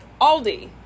Aldi